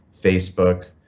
Facebook